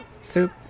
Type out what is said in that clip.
soup